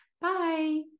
Bye